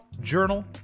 Journal